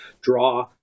draw